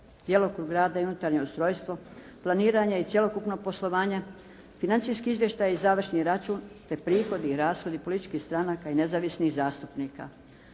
djelokrug rada i unutarnje ustrojstvo, planiranja i cjelokupnog poslovanja, financijski izvještaji i za vršni račun, te prihodi i rashodi političkih stranaka i nezavisnih zastupnika.